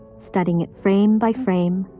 studying it frame by frame,